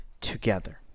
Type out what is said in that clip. together